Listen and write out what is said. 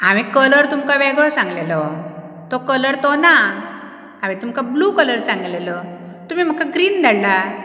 हांवें कलर तुमकां वेगळो सांगलेलो तो कलर तो ना हांवें तुमकां ब्लू कलर सांगलेलो तुमी म्हाका ग्रीन धाडला